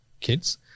kids